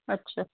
ਅੱਛਾ